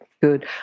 good